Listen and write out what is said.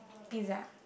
pizza